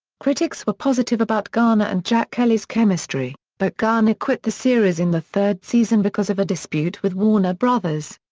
critics were positive about garner and jack kelly's chemistry, but garner quit the series in the third season because of a dispute with warner brothers.